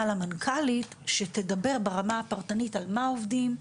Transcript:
למנכ"לית שתדבר ברמה הפרטנית על מה עובדים,